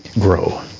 grow